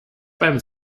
beim